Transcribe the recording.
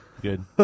Good